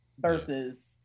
Versus